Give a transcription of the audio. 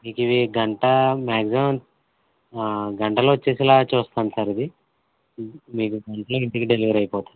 మీకిది గంట మ్యాగ్సిమమ్ గంటలో వచ్చేసాల చూస్తాం సార్ ఇది మీకు గంటలో ఇంటికి డెలివరీ అయిపోతుంది